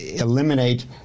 eliminate